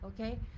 okay